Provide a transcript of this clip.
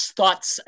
thoughts